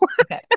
Okay